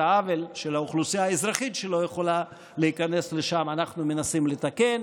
את העוול של האוכלוסייה האזרחית שלא יכולה להיכנס לשם אנחנו מנסים לתקן.